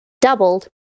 doubled